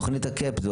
זה תוכנית ה-CUP,